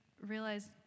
realize